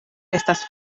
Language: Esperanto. estas